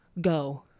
go